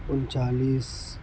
انچالیس